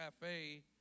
cafe